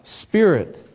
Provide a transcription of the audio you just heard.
Spirit